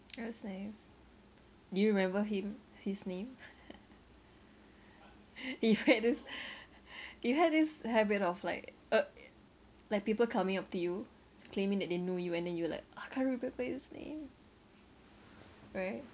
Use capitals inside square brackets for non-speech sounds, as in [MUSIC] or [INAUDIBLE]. that's nice do you remember him his name [LAUGHS] you had this you had this habit of like uh like people coming up to you claiming that they know you and then you're like I can't remember his name right